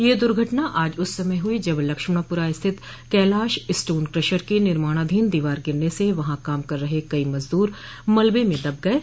यह दुर्घटना आज उस समय हुई जब लक्ष्मणपुरा स्थित कैलाश स्टोन क्रेशर की निर्माणाधीन दीवार गिरने से वहां काम कर रहे कई मजदूर मलबे में दब गये